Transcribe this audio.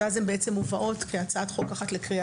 ואז הן בעצם מובאות כהצעת חוק אחת לקריאה